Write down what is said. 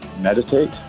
Meditate